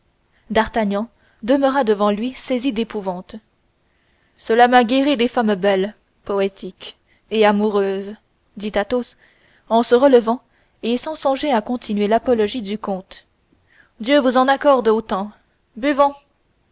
d'artagnan demeura devant lui saisi d'épouvante cela m'a guéri des femmes belles poétiques et amoureuses dit athos en se relevant et sans songer à continuer l'apologue du comte dieu vous en accorde autant buvons